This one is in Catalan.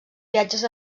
viatges